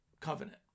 covenant